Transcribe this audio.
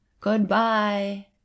good-bye